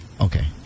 okay